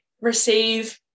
receive